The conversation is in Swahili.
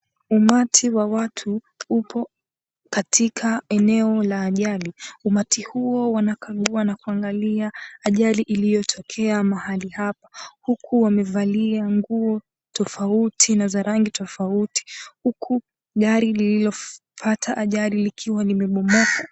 Umati wa watu, upo katika eneo la ajali. Umati huo wana wanakuangalia ajali iliyotokea mahali hapo huku wamevalia nguo tofauti na za rangi tofauti. Huku gari lililopata ajali likiwa limebomoka.